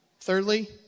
Thirdly